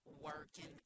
working